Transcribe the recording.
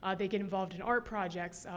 ah they get involved in art projects,